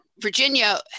Virginia